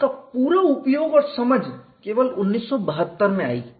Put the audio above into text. इसका पूरा उपयोग और समझ केवल 1972 में आई